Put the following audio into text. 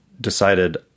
decided